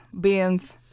Beans